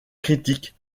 critique